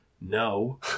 No